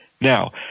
Now